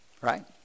right